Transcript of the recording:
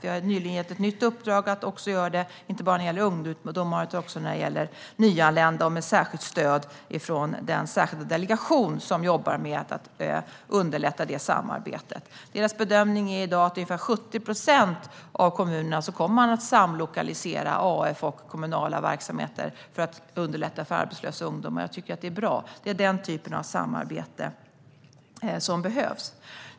Vi har nyligen gett ett nytt uppdrag om att det ska göras inte bara när det gäller ungdomar utan också när det gäller nyanlända och med särskilt stöd från den särskilda delegation som jobbar med att underlätta detta samarbete. Bedömningen i dag är att det i ungefär 70 procent av kommunerna kommer att ske en samlokalisering mellan Arbetsförmedlingen och kommunala verksamheter för att underlätta för arbetslösa ungdomar. Jag tycker att det är bra. Det är denna typ av samarbete som behövs.